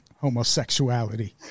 homosexuality